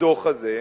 הדוח הזה?